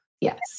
Yes